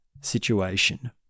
situation